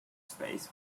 space